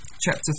chapter